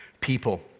people